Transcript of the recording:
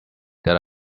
that